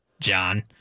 John